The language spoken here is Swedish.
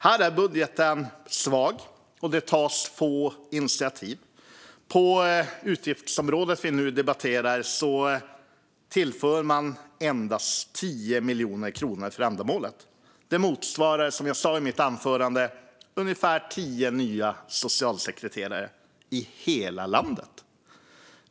Här är budgeten svag, och det tas få initiativ. På utgiftsområdet som vi nu debatterar tillför man endast 10 miljoner kronor för ändamålet. Det motsvarar, som jag sa i mitt anförande, ungefär tio nya socialsekreterare i hela landet.